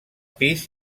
pis